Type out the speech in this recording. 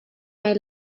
may